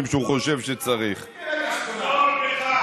אתה אחראי לביטחון הפנים?